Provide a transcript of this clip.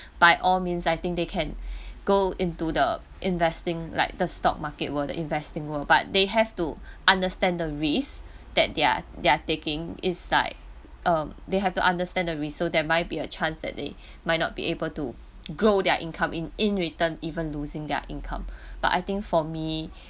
by all means I think they can go into the investing like the stock market world the investing world but they have to understand the risks that they are they are taking is like um they have to understand the risk so they might be a chance that they might not be able to grow their income in in return even loosing their income but I think for me